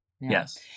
Yes